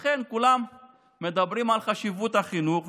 לכן כולם מדברים על חשיבות החינוך,